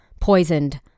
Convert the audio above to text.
poisoned